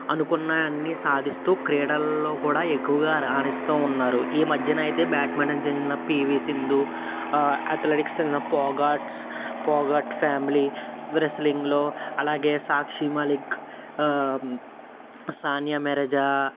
అనుకున్నవన్నీ సాధిస్తూ క్రీడల్లో కూడా ఎక్కువ రానిస్తూ ఉన్నారు ఈ మద్యన అయితే బ్యాట్మెంటన్కి చెందిన PV Sindhu athletics Phogats Phogat family రెస్లింగ్లో అలాగే సాక్షి మాలిక్ సానియా మిరజా